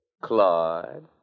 Claude